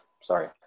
Sorry